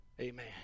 Amen